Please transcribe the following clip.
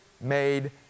made